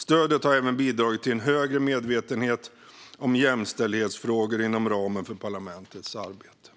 Stödet har även bidragit till en högre medvetenhet om jämställdhetsfrågor inom ramen för parlamentets arbete.